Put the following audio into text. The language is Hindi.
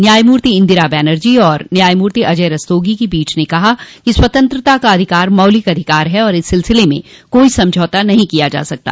न्यायमूर्ति इन्दिरा बनर्जी और न्यायमूर्ति अजय रस्तोगी की पीठ ने कहा कि स्वतंत्रता का अधिकार मौलिक अधिकार है और इस सिलसिले में कोई समझौता नहीं किया जा सकता